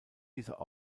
dieser